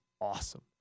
awesome